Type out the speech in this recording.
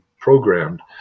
programmed